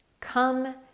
Come